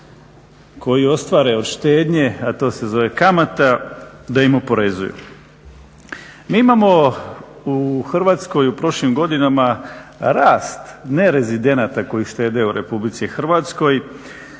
koji ostvare od štednje a to se zove kamata da im oporezuju. Mi imamo u Hrvatskoj u prošlim godinama rast nerezidenata koji štede u RH i sigurno